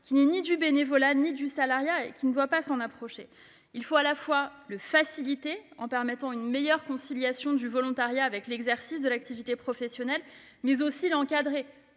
qui n'est ni du bénévolat ni du salariat et qui ne doit pas s'en approcher. Il faut à la fois le faciliter, en permettant une meilleure conciliation du volontariat avec l'exercice d'une activité professionnelle, et l'encadrer,